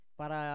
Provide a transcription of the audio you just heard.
para